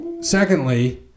Secondly